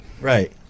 Right